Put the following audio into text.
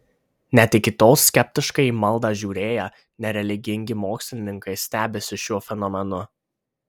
net iki tol skeptiškai į maldą žiūrėję nereligingi mokslininkai stebisi šiuo fenomenu